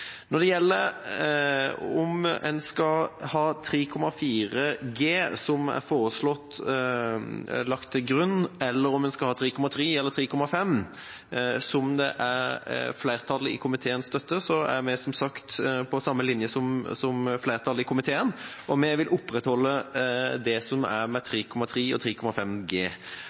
Når det gjelder om en skal ha 3,4 G, som er foreslått lagt til grunn, eller om en skal ha 3,3 G eller 3,5 G, som flertallet i komiteen støtter, er vi, som sagt, på samme linje som flertallet i komiteen, og vi vil opprettholde det som er: 3,3 G og 3,5 G.